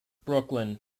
brooklyn